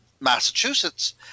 Massachusetts